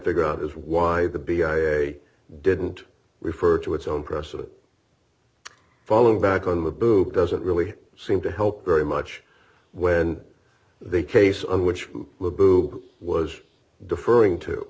figure out is why the b i a didn't refer to its own precedent falling back on the book doesn't really seem to help very much when the case of which who was deferring to